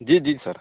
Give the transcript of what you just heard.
जी जी सर